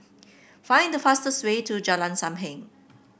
find the fastest way to Jalan Sam Heng